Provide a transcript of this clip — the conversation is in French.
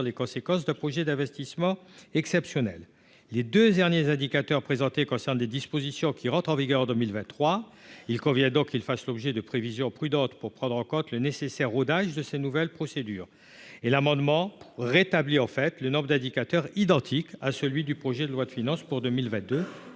les conséquences de projets d'investissements exceptionnels. Les deux derniers indicateurs présentés concernent des dispositions qui entrent en vigueur en 2023 ; il convient donc qu'ils fassent l'objet de prévisions prudentes pour prendre en compte le nécessaire rodage de ces nouvelles procédures. L'adoption de cet amendement aurait pour effet de rétablir dans le projet de loi de finances pour 2023